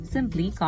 Simply